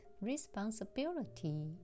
responsibility